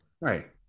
Right